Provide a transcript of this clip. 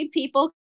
people